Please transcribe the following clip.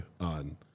on